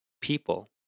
people